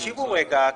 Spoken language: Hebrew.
תקשיבו רגע.